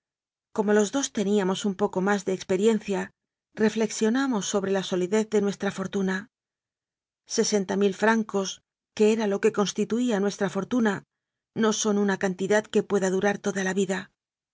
como los dos teníamos un poco más de experien cia reflexionamos sobre la solidez de nuestra for tuna sesenta mil francos que era lo que consti tuía nuestra fortuna no son una cantidad que pueda durar toda la vida